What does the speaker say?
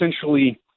essentially